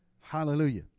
Hallelujah